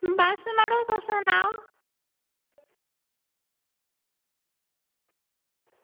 बस मड़ो तुस सनाओ